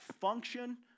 function